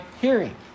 hearing